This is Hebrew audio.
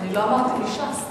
לא אמרתי מש"ס.